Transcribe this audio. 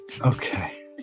Okay